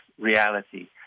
reality